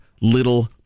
little